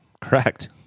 correct